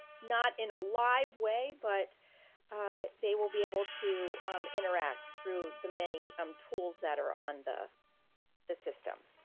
not in a live way, but they will be able to interact through the many um tools that are on the the system.